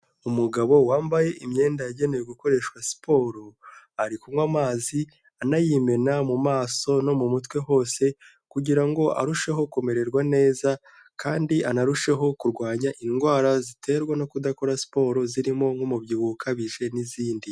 Umugabo wambaye imyenda yagenewe gukoreshwa siporo, ari kunywa amazi anayimena mu maso, no mu mutwe hose, kugira ngo arusheho kumererwa neza, kandi anarusheho kurwanya indwara ziterwa no kudakora siporo, zirimo nk'umubyibuho ukabije n'izindi.